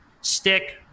stick